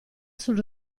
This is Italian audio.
sul